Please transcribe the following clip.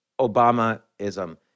Obamaism